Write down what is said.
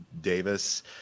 Davis